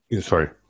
Sorry